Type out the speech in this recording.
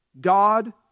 God